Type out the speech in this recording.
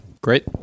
great